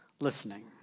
listening